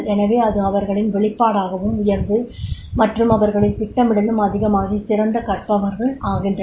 எனவே அது அவர்களின் வெளிப்பாடாகவும் உயர்ந்து மற்றும் அவர்களின் திட்டமிடலும் அதிகமாகி சிறந்த கற்பவர்கள் ஆகின்றனர்